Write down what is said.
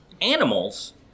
animals